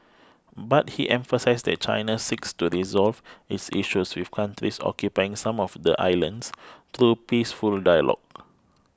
but he emphasised that China seeks to resolve its issues with countries occupying some of the islands through peaceful dialogue